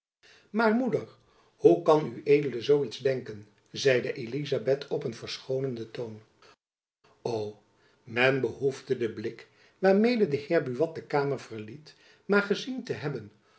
maar moeder hoe kan ued zoo iets denken zeide elizabeth op een verschoonenden toon o men behoefde den blik waarmede de heer buat de kamer verliet maar gezien te hebben